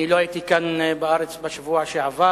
אני לא הייתי כאן בארץ בשבוע שעבר,